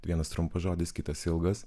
vienas trumpas žodis kitas ilgas